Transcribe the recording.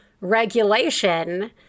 regulation